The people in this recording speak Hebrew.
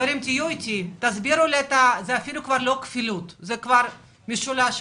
זה כבר לא כפילות, זה שילוש.